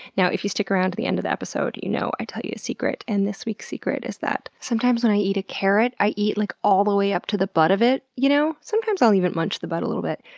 now, if you stick around until the end of the episode you know i tell you a secret and this week's secret is that sometimes when i eat a carrot i eat, like, all the way up to the butt of it, you know? sometimes i'll even munch the butt a little bit.